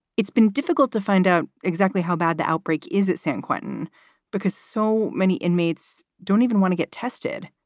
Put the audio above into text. it's been difficult to find out exactly how bad the outbreak is at san quentin because so many inmates don't even want to get tested.